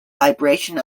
vibration